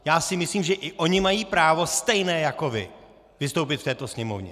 Já si myslím, že i oni mají právo stejné jako vy vystoupit v této Sněmovně.